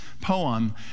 poem